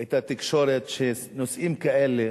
את התקשורת, ששמה נושאים כאלה